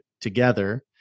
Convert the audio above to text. together